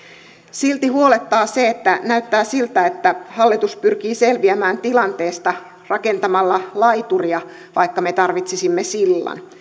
silti huolettaa se että näyttää siltä että hallitus pyrkii selviämään tilanteesta rakentamalla laituria vaikka me tarvitsisimme sillan